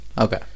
Okay